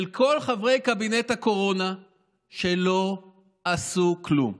של כל חברי קבינט הקורונה שלא עשו כלום.